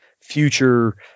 future